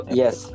yes